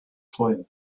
freuen